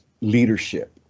leadership